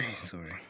Sorry